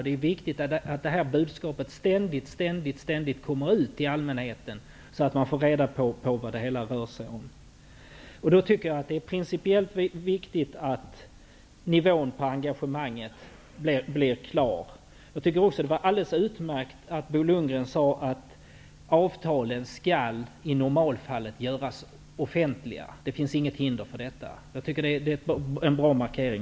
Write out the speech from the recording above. Det är viktigt att budskapet ständigt kommer ut till allmänheten, så att människor får reda på vad det hela rör sig om. Det är då principiellt viktigt att nivån på engagemanget blir klar. Det var också alldeles utmärkt att Bo Lundgren sade att avtalen skall, i normalfallet, göras offentliga, att det inte finns något hinder för detta. Det är en bra markering.